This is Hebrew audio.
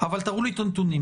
אבל תראו לי את הנתונים.